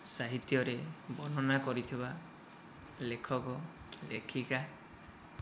ସାହିତ୍ୟରେ ବର୍ଣ୍ଣନା କରିଥିବା ଲେଖକ ଲେଖିକା